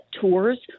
tours